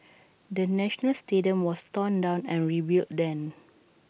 the national stadium was torn down and rebuilt then